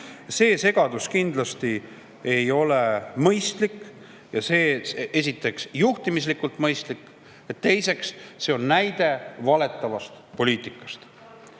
See segadus kindlasti ei ole mõistlik – esiteks juhtimise mõttes mõistlik ja teiseks on see näide valetavast poliitikast.